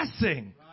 blessing